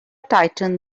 tightened